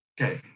okay